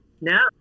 No